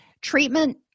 treatment